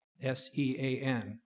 S-E-A-N